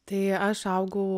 tai aš augau